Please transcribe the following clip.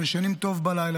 הם ישנים טוב בלילה,